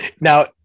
now